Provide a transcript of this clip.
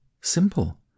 Simple